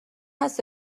هست